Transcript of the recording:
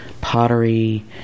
pottery